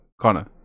Connor